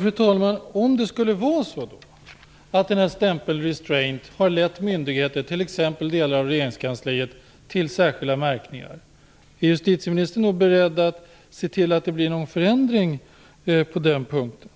Fru talman! Om det skulle vara så att stämpeln "restraint" har lett myndigheter, t.ex. delar av regeringskansliet, till särskilda märkningar, är justitieministern då beredd att se till att det blir någon förändring på den punkten?